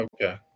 Okay